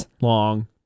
long